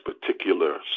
particular